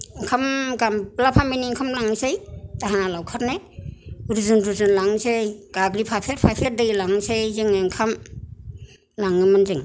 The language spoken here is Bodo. ओंखाम गामब्ला फामैनो ओंखाम लांसै दाहोना लावखारनो रुजुन रुजुन लांसै गाग्लि फाफेर फाफेर दै लांसै जों ओंखाम लाङोमोन जों